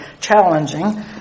challenging